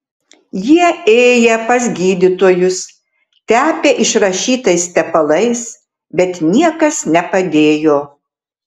jie ėję pas gydytojus tepę išrašytais tepalais bet niekas nepadėjo